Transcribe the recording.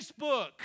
Facebook